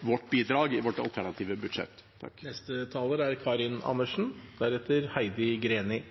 vårt bidrag i vårt alternative budsjett. Representanten Karin Andersen har hatt ordet to ganger tidligere